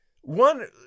One